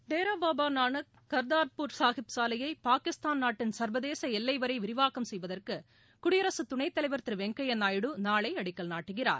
டேரா பாபா நானக் கர்தாா்பூர் சாஹிப் சாலையை பாகிஸ்தான் நாட்டின் சர்வதேச எல்லை வரை விரிவாக்கம் செய்வதற்கு குடியரசுத் துணைத் தலைவர் திரு வெங்கையா நாயுடு நாளை அடிக்கல் நாட்டுகிறார்